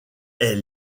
est